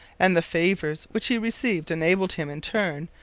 and the favours which he received enabled him, in turn,